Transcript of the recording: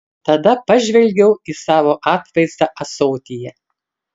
tada pažvelgiau į savo atvaizdą ąsotyje